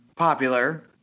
popular